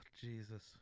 Jesus